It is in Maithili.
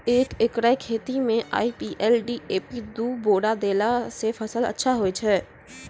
एक एकरऽ खेती मे आई.पी.एल डी.ए.पी दु बोरा देला से फ़सल अच्छा होय छै?